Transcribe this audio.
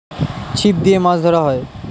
ছিপ দিয়ে মাছ ধরা হয়